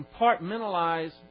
compartmentalize